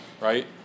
right